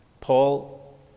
Paul